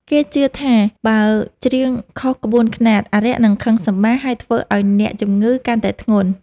គេជឿថាបើច្រៀងខុសក្បួនខ្នាត អារក្សនឹងខឹងសម្បារ ហើយធ្វើឱ្យអ្នកជំងឺកាន់តែធ្ងន់។